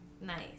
Nice